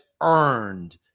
earned